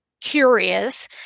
curious